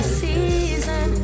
season